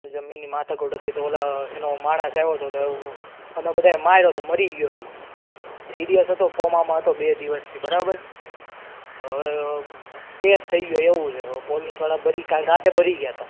જમીનની માથાકૂટ હતી તો ઓલા એનો માણસ આવ્યો તો અમે બધાએ માર્યો તો મરી ગયો એ સિરિયસ હતો કોમામાં હતો બે દિવસથી બરાબર હવે કેસ થઈ ગયો એવું છે હવે પોલીસવાળા ભરી કાલ રાતે ભરી ગયા હતા